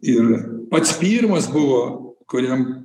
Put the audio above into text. ir pats pirmas buvo kuriam